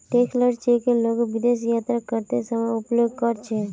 travellers cheque लोग विदेश यात्रा करते समय उपयोग कर छे